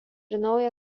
naują